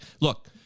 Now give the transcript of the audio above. Look